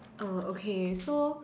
uh okay so